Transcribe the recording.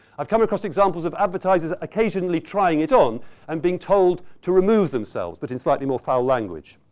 i've come across examples of advertisers occasionally trying it on and being told to remove themselves, but in slightly more foul language.